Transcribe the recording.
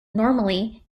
normally